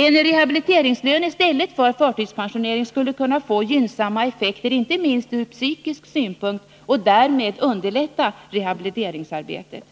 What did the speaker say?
En rehabiliteringslön i stället för förtidspension skulle kunna få gynnsamma effekter inte minst ur psykisk synpunkt och därmed underlätta rehabiliteringsarbetet.